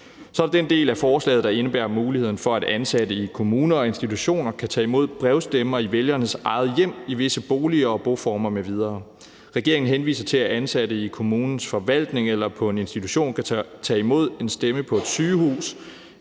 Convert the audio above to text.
Så er der den del af forslaget, der indebærer muligheden for, at ansatte i kommuner og på institutioner kan tage imod brevstemmer i vælgernes eget hjem i visse boliger og boformer m.v. Regeringen henviser til, at ansatte i kommunens forvaltning eller på en institution kan tage imod en stemme på et sygehus